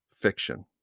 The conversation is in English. fiction